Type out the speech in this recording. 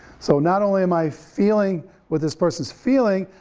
so not only am i feeling what this person's feeling,